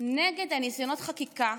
ניסיונות החקיקה